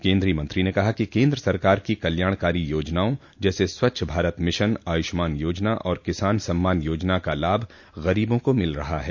केन्द्रीय मंत्री ने कहा केन्द्र सरकार की कल्याणकारी योजनाओं जैसे स्वच्छ भारत मिशन आयुष्मान योजना और किसान सम्मान योजना का लाभ गरीबों को मिल रहा है